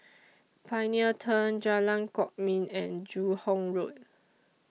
Pioneer Turn Jalan Kwok Min and Joo Hong Road